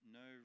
no